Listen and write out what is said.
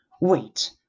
Wait